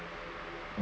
um